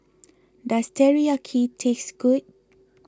does Teriyaki taste good